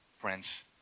friends